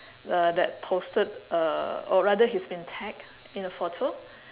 uh that posted uh or rather he's been tagged in a photo